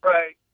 Right